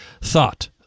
Thought